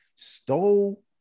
Stole